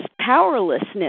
powerlessness